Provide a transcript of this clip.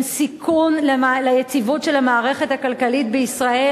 הם סיכון ליציבות של המערכת הכלכלית בישראל